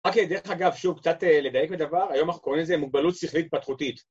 אוקיי, דרך אגב, שוב, קצת לדייק בדבר, היום אנחנו קוראים לזה מוגבלות שיכלית התפתחותית.